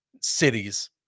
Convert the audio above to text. cities